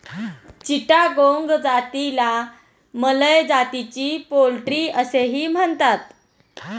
चिटागोंग जातीला मलय जातीची पोल्ट्री असेही म्हणतात